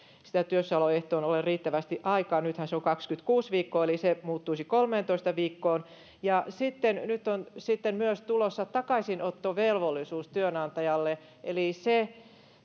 siihen työssäoloehtoon ole riittävästi aikaa nythän se on kaksikymmentäkuusi viikkoa eli se muuttuisi kolmeentoista viikkoon ja nyt on sitten myös tulossa takaisinottovelvollisuus työnantajalle eli se